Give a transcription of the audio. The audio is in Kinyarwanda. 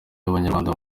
y’abanyarwanda